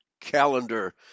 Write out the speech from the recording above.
calendar